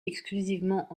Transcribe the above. exclusivement